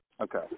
Okay